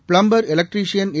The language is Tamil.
plumber electrician A